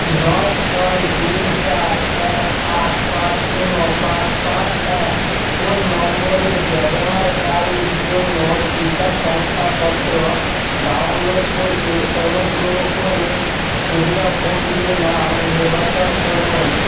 নয় ছয় দুই চার এক আট পাঁচ শূন্য পাঁচ পাঁচ এক ফোন নম্বরের ব্যবহারকারীর জন্য টিকা শংসাপত্র ডাউনলোড করতে অনুগ্রহ করে সুবিদাভোগীর নাম নির্বাচন করুন